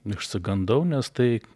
išsigandau nes tai